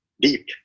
deep